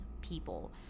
people